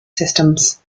systems